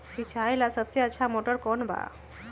सिंचाई ला सबसे अच्छा मोटर कौन बा?